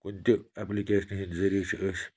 کُنہِ تہِ اٮ۪پلِکیشنہٕ ہِنٛدِ ذٔریعہِ چھِ أسۍ